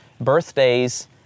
birthdays